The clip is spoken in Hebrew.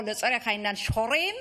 או, לצורך העניין, "שחורים",